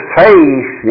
face